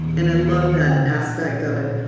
and i love that aspect of it.